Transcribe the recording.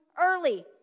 early